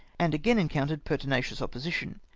and again encountered pertinacious opposition.